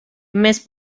més